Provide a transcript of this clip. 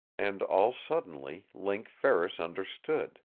and, all suddenly link ferris understood.